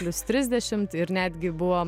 plius trisdešimt ir netgi buvo